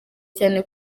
cyane